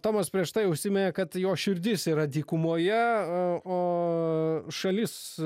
tomas prieš tai užsiminė kad jo širdis yra dykumoje o šalis